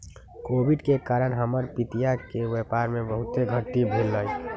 Covid के कारण हमर पितिया के व्यापार में बहुते घाट्टी भेलइ